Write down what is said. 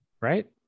right